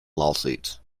lawsuits